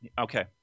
Okay